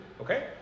okay